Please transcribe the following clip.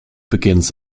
begins